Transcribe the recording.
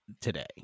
today